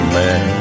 man